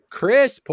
Chris